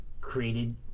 created